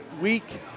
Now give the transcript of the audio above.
week